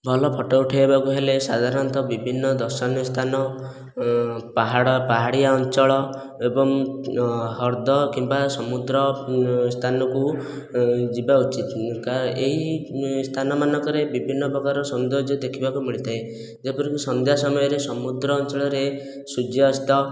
ଭଲ ଫଟୋ ଉଠାଇବାକୁ ହେଲେ ସାଧାରଣତଃ ବିଭିନ୍ନ ଦର୍ଶନୀୟ ସ୍ଥାନ ପାହାଡ଼ ପାହାଡ଼ିଆ ଅଞ୍ଚଳ ଏବଂ ହ୍ରଦ କିମ୍ବା ସମୁଦ୍ର ସ୍ଥାନକୁ ଯିବା ଉଚିତ ଏଇ ସ୍ଥାନମାନଙ୍କରେ ବିଭିନ୍ନ ପ୍ରକାର ସୌନ୍ଦର୍ଯ୍ୟ ଦେଖିବାକୁ ମିଳିଥାଏ ଯେପରିକି ସନ୍ଧ୍ୟା ସମୟରେ ସମୁଦ୍ର ଅଞ୍ଚଳରେ ସୂର୍ଯ୍ୟାସ୍ତ